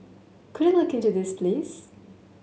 could you look into this please